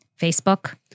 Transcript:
Facebook